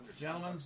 gentlemen